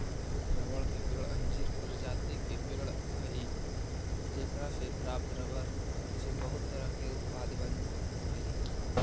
रबड़ के पेड़ अंजीर प्रजाति के पेड़ हइ जेकरा से प्राप्त रबर से बहुत तरह के उत्पाद बनऽ हइ